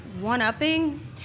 one-upping